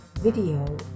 video